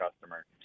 customer